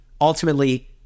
Ultimately